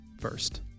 first